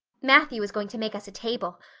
matthew is going to make us a table.